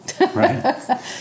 right